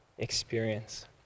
experience